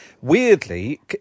Weirdly